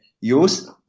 use